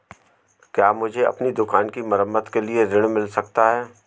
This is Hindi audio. क्या मुझे अपनी दुकान की मरम्मत के लिए ऋण मिल सकता है?